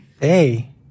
Hey